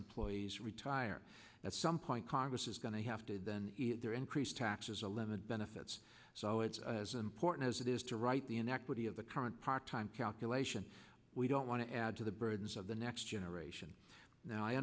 employees retire at some point congress is going to have to either increase taxes a limit benefits so it's as important as it is to write the inequity of the current part time calculation we don't want to add to the burdens of the next generation now i